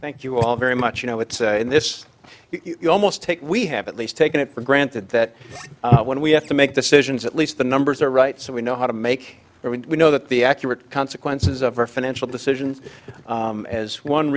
thank you all very much you know it's a this you almost take we have at least taken it for granted that when we have to make decisions at least the numbers are right so we know how to make sure we know that the accurate consequences of our financial decisions as one